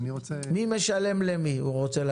הוא רוצה לדעת מי משלם למי.